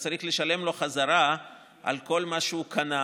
אתה צריך לשלם לו בחזרה על כל מה שהוא קנה